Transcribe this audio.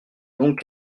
donc